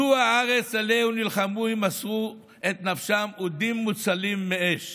זו הארץ שעליה נלחמו ומסרו את נפשם אודים מוצלים מאש